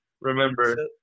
remember